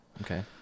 Okay